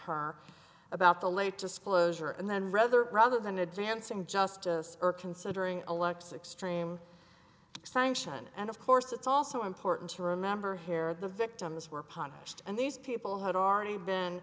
disclosure and then rather rather than advancing justice or considering a lexus extreme sanction and of course it's also important to remember here the victims were punished and these people had already been